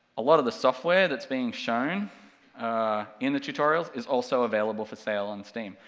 a lot of the software that's being shown in the tutorials is also available for sale on steam,